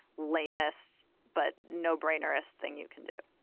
lamest but no brainer est thing you can do.